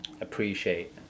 appreciate